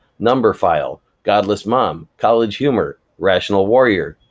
numberphile, godless mom, collegehumor, rationalwarrior,